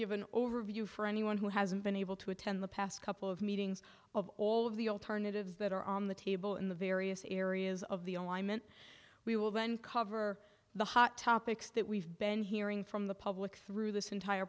give an overview for anyone who hasn't been able to attend the past couple of meetings of all of the alternatives that are on the table in the various areas of the alignment we will then cover the hot topics that we've been hearing from the public through this entire